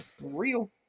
real